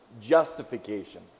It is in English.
justification